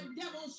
devil